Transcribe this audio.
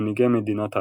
מנהיגי מדינות ערב,